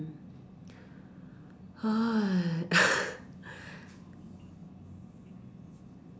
!hais!